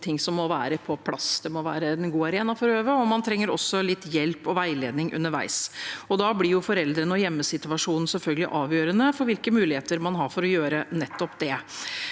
det noen ting som må være på plass. Det må være en god arena for å øve, og en trenger også litt hjelp og veiledning underveis. Da blir foreldrene og hjemme situasjonen selvfølgelig avgjørende for hvilke muligheter man har for å gjøre nettopp det.